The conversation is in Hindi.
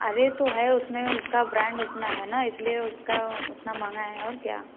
अरे तो है उसमें उसका ब्रांड उतना है ना इसलिए उसका उतना महँगा है और क्या